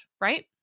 right